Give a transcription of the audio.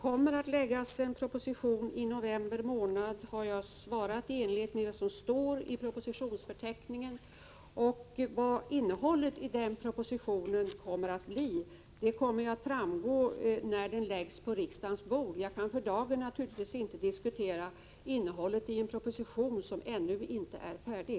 Herr talman! Jag har svarat att det enligt propositionsförteckningen kommer att läggas fram en proposition i november. Innehållet i propositionen kommer att framgå när propositionen läggs på riksdagens bord. För dagen kan jag naturligtvis inte diskutera innehållet i en proposition som ännu inte är färdig.